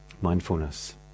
mindfulness